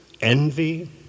envy